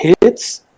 hits